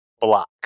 Block